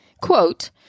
quote